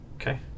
Okay